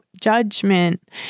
judgment